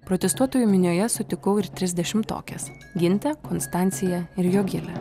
protestuotojų minioje sutikau ir tris dešimtokes gintę konstanciją ir jogilę